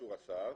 אישור השר,